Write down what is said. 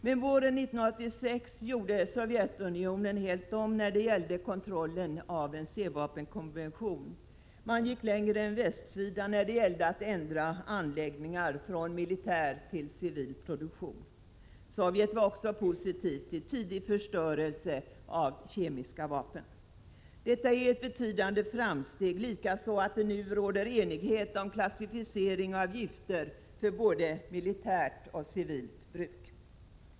Men våren 1986 gjorde Sovjetunionen helt om när det gällde kontrollen av en C-vapenkonvention. Man gick längre än västsidan när det gällde att ändra anläggningar från militär till civil produktion. Sovjet var också positivt till tidig förstörelse av kemiska vapen. Detta är ett betydande framsteg, likaså att det nu råder enighet om klassificering av gifter för både militärt och civilt bruk.